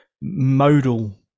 modal